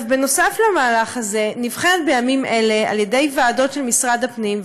בנוסף למהלך הזה נבחנת בימים אלה על ידי ועדות של משרד הפנים,